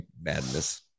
madness